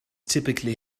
typically